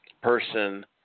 person